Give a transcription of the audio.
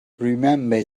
remember